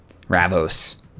Ravos